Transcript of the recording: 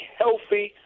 healthy